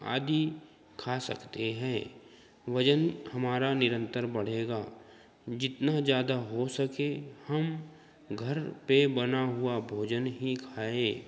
आदी खा सकते हैं वजन हमारा निरंतर बढ़ेगा जितना ज़्यादा हो सके हम घर पर बना हुआ भोजन ही खाएँ